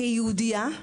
כיהודייה,